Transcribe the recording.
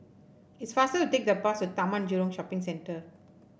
it's faster to take the bus to Taman Jurong Shopping Centre